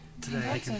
today